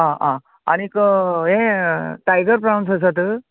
आं आं आनीक यें टायगर प्रावन्स आसात